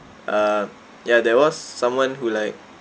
uh ya there was someone who like